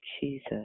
Jesus